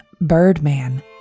Birdman